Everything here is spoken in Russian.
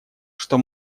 что